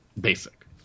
basic